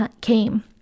came